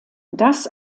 das